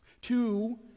Two